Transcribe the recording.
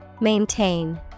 Maintain